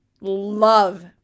love